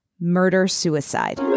murder-suicide